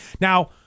Now